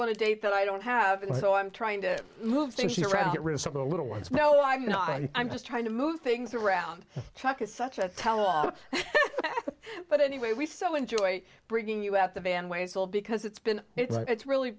want to date that i don't have and so i'm trying to move things around get rid of some of the little ones no i'm not and i'm just trying to move things around chuck is such a talent but anyway we so enjoy bringing us the band way as well because it's been it's really